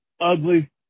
ugly